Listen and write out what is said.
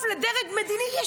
מה היה בצמרת צה"ל, אלוהים